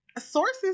Sources